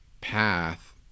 path